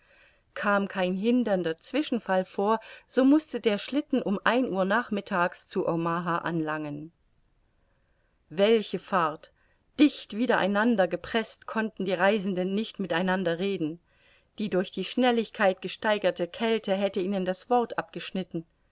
kam kein hindernder zwischenfall vor so mußte der schlitten um ein uhr nachmittags zu omaha anlangen welche fahrt dicht widereinander gepreßt konnten die reisenden nicht miteinander reden die durch die schnelligkeit gesteigerte kälte hätte ihnen das wort abgeschnitten